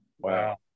Wow